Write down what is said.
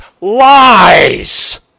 lies